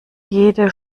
jede